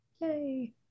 yay